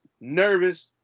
Nervous